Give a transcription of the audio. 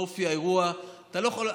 מאופי האירוע, אתה לא יכול.